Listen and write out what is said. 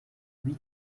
huit